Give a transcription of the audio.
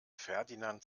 ferdinand